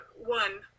one